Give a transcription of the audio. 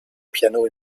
piano